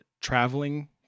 traveling